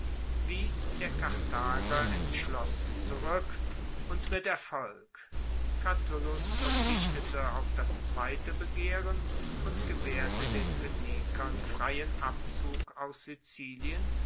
wies der karthager entschlossen zurueck und mit erfolg catulus verzichtete auf das zweite begehren und gewaehrte den phoenikern freien abzug aus sizilien